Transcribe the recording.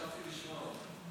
ישבתי לשמוע אותך.